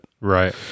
right